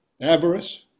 avarice